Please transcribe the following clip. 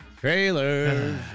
Trailer